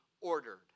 ordered